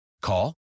Call